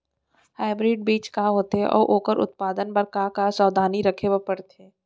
Hybrid बीज का होथे अऊ ओखर उत्पादन बर का का सावधानी रखे बर परथे?